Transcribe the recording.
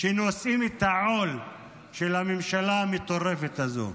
שנושאים את העול של הממשלה המטורפת הזו.